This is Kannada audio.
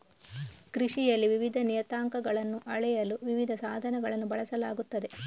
ಕೃಷಿಯಲ್ಲಿ ವಿವಿಧ ನಿಯತಾಂಕಗಳನ್ನು ಅಳೆಯಲು ವಿವಿಧ ಸಾಧನಗಳನ್ನು ಬಳಸಲಾಗುತ್ತದೆ